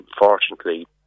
unfortunately